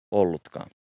ollutkaan